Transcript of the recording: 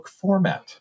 format